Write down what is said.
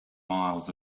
miles